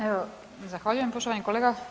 Evo zahvaljujem poštovani kolega.